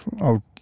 out